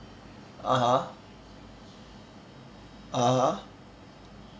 (uh huh) (uh huh)